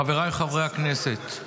חבריי חברי הכנסת,